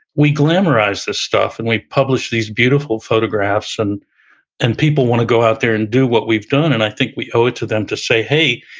we glamorize this stuff, and we publish these beautiful photographs, and and people wanna go out there and do what we've done. and i think we owe it to them to say, hey,